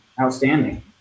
outstanding